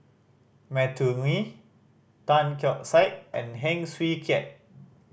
Matthew Ngui Tan Keong Saik and Heng Swee Keat